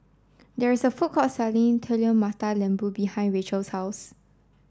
there is a food court selling Telur Mata Lembu behind Racheal's house